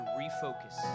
refocus